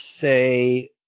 say